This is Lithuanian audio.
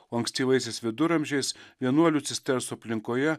o ankstyvaisiais viduramžiais vienuolių cistersų aplinkoje